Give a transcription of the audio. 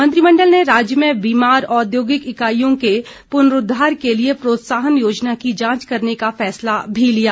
मंत्रिमण्डल ने राज्य में बीमार औद्योगिक इकाइयों के पुनरुद्वार के लिये प्रोत्साहन योजना की जांच करने का फैसला भी लिया